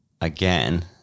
again